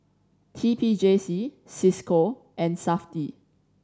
T P J C Cisco and Safti